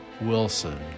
Wilson